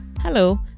Hello